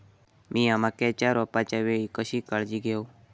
मीया मक्याच्या रोपाच्या वेळी कशी काळजी घेव?